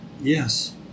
Yes